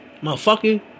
motherfucker